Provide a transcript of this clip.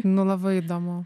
nu labai įdomu